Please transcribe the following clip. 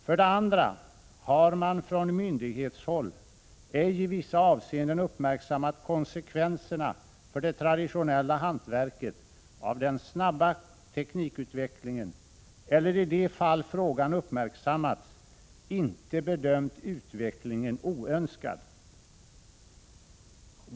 För det andra har man från myndighetshåll ej i vissa avseenden uppmärksammat konsekvenserna för det traditionella hantverket av den snabba teknikutvecklingen eller i de fall frågan uppmärksammats inte bedömt utvecklingen oönskad.” Herr talman!